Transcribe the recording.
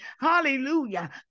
Hallelujah